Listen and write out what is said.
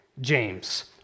James